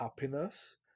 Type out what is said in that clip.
happiness